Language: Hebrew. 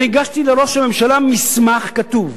אני הגשתי לראש הממשלה מסמך כתוב